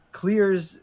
clears